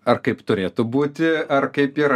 ar kaip turėtų būti ar kaip yra